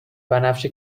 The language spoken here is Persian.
بنفش